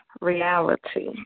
reality